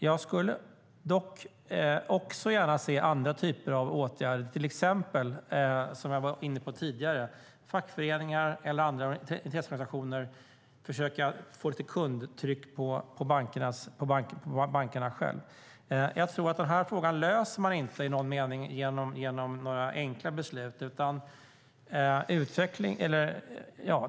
Jag skulle dock också gärna se andra typer av åtgärder, till exempel den jag var inne på tidigare: att försöka få lite kundtryck på bankerna från fackföreningar eller andra intresseorganisationer. Jag tror inte att man löser den här frågan i någon mening genom enkla beslut.